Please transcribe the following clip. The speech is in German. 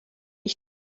ich